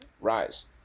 rise